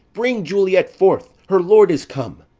bring juliet forth her lord is come.